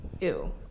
Ew